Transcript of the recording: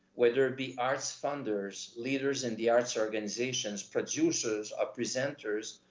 whether it be arts funders, leaders in the arts organizations, producers or presenters,